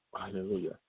Hallelujah